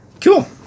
Cool